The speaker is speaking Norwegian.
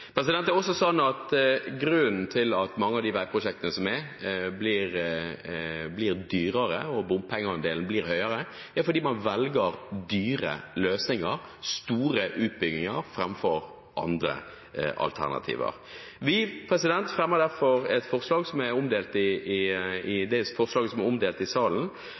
Det er også sånn at grunnen til at mange av disse veiprosjektene blir dyrere og bompengeandelen høyere, er at man velger dyre løsninger, store utbygginger, framfor andre alternativer. Vi fremmer derfor, sammen med Miljøpartiet De Grønne, et forslag, som er omdelt i salen, for å sikre at man i det